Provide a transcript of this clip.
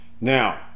Now